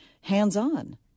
hands-on